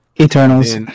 eternals